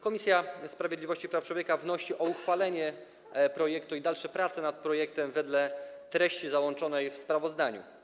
Komisja Sprawiedliwości i Praw Człowieka wnosi o uchwalenie projektu i dalsze prace nad projektem wedle treści załączonej w sprawozdaniu.